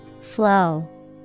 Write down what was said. Flow